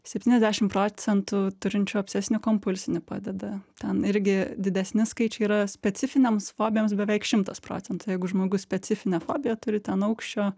septyniasdešim procentų turinčių obsesinį kompulsinį padeda ten irgi didesni skaičiai yra specifinėms fobijoms beveik šimtas procentų jeigu žmogus specifinę fobiją turi ten aukščio